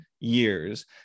years